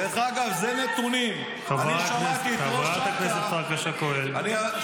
מי שלח כסף לחמאס?